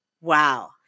Wow